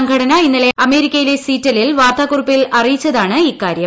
സംഘടന ഇന്നലെ അമേരിക്കയിലെ സീറ്റലിൽ വാർത്താക്കുറിപ്പിൽ അറിയിച്ചതാണ് ഇക്കാര്യം